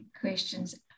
questions